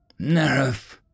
Nerf